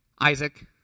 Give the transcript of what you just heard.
Isaac